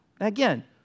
Again